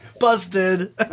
Busted